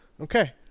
okay